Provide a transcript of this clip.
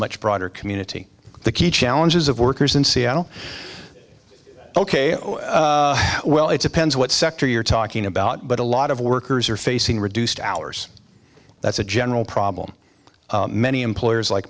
much broader community the key challenges of workers in seattle ok well it depends what sector you're talking about but a lot of workers are facing reduced hours that's a general problem many employers like